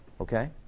Okay